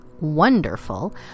wonderful